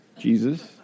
Jesus